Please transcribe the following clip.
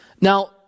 Now